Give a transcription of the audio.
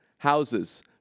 Houses